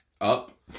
up